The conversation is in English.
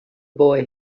boy